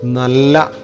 Nalla